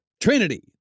Trinity